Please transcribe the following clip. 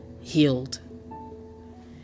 healed